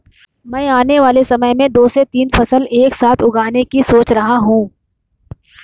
मैं आने वाले समय में दो से तीन फसल एक साथ उगाने की सोच रहा हूं